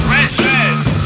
Restless